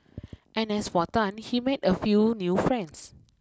and as for Tan he made a few new friends